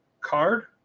card